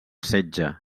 setge